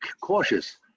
cautious